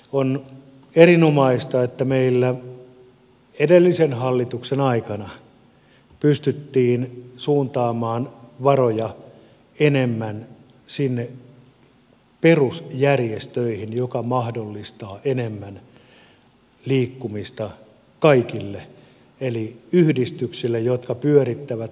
on erinomaista että meillä edellisen hallituksen aikana pystyttiin suuntaamaan varoja enemmän sinne perusjärjestöihin joka mahdollistaa enemmän liikkumista kaikille eli yhdistyksille jotka pyörittävät vapaaehtoistoimintaa